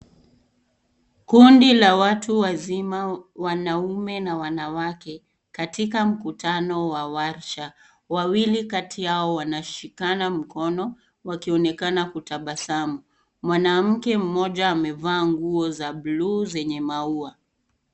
Kundi la watu wazima l, wanaume na wanawake, katika mkutano wa waksha. Wawili kati yao wanashikana mkono wakionekana kutabasamu. Mwanamke mmoja amevaa nguo za bluu zenye maua.